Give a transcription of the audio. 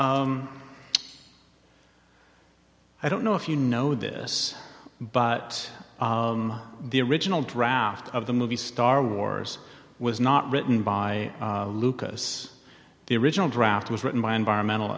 so i don't know if you know this but the original draft of the movie star wars was not written by lucas the original draft was written by environmental